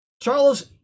Charles